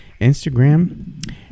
Instagram